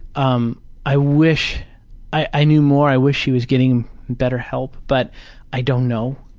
um i wish i knew more. i wish she was getting better help, but i don't know.